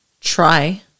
try